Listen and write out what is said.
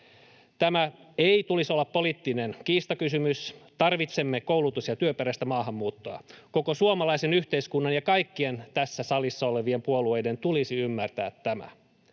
Tämän ei tulisi olla poliittinen kiistakysymys. Tarvitsemme koulutus- ja työperäistä maahanmuuttoa. Koko suomalaisen yhteiskunnan ja kaikkien tässä salissa olevien puolueiden tulisi ymmärtää tämä.